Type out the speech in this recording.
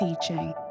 teaching